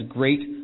great